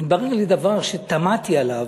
התברר לי דבר שתמהתי עליו.